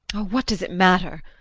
oh, what does it matter?